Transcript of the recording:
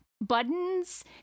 buttons